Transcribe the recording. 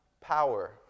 power